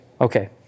Okay